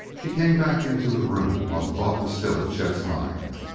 he came back into the room while the thought was still in chet's mind.